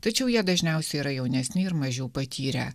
tačiau jie dažniausiai yra jaunesni ir mažiau patyrę